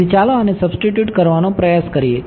તેથી ચાલો આને સબ્સ્ટિટ્યુટ કરવાનો પ્રયાસ કરીએ